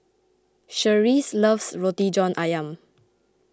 Cherise loves Roti John Ayam